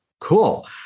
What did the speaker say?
Cool